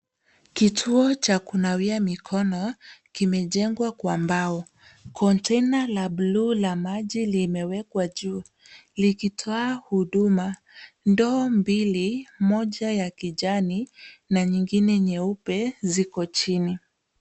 Kituo cha kunawia mikono kimejengwa kwa mbao, konteina la bluu la maji limewekwa juu, likitwaa huduma. Ndoo mbili, moja ya kijani, na nyingine nyeupe ziko chini.